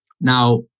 Now